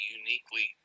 uniquely